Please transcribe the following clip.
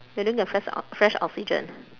you don't get fresh ox~ fresh oxygen